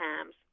times